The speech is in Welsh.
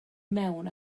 mewn